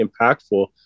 impactful